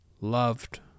loved